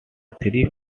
three